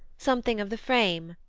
something of the frame,